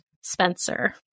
Spencer